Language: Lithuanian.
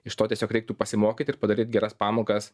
iš to tiesiog reiktų pasimokyt ir padaryt geras pamokas